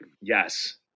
Yes